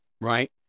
right